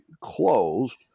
closed